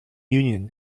union